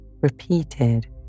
repeated